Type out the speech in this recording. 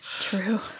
True